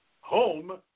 home